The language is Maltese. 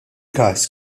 każ